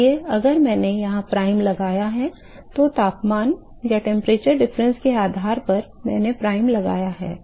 इसलिए अगर मैंने यहां प्राइम लगाया है तो तापमान अंतर के आधार पर मैंने प्राइम लगाया है